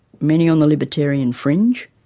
many on the libertarian fringe,